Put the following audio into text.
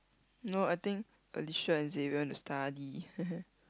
no I think Alicia and Xavier want to study